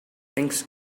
thanks